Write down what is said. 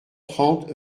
trente